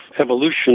evolution